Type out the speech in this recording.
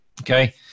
Okay